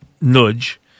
nudge